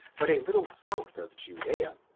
but a little south of judea,